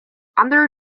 under